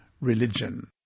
religion